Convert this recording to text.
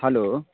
hello